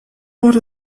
wurde